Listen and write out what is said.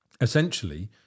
Essentially